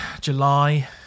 July